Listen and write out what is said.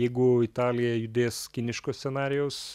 jeigu italija judės kiniško scenarijaus